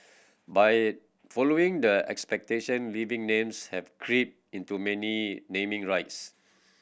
but it following the exception living names have crept into many naming rights